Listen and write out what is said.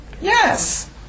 Yes